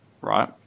right